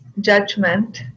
judgment